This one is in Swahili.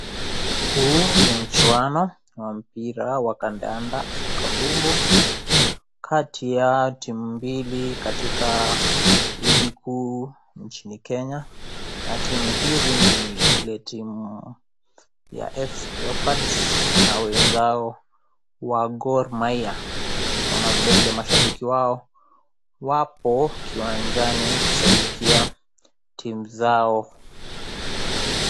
Huu ni mchuano wa mpira wa kandanda kambumbu kati ya timu mbili katika ligi kuu nchini Kenya , na timu hizi ni ile timu ya FC Leopards na wenzao wa Gor Mahia tunaona vile vile mashabiki wao wapo kiwanjani kushabikia timu zao.